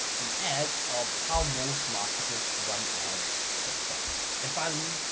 an ad of how most marketers run ads that suck. and finally,